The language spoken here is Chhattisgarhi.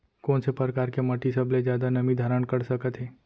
कोन से परकार के माटी सबले जादा नमी धारण कर सकत हे?